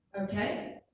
Okay